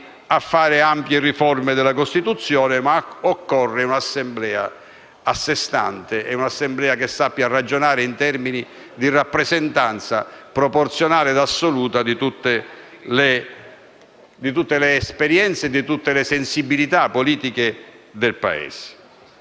a fare ampie riforme della Costituzione. Occorre, invece, un'Assemblea a se stante, che sappia ragionare in termini di rappresentanza proporzionale e assoluta di tutte le esperienze e le sensibilità politiche del Paese.